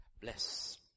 bless